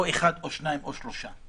או אחד או שניים או שלושה.